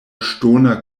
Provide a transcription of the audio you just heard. ŝtona